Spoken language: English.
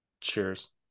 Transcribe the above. cheers